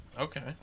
Okay